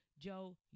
Joe